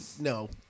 no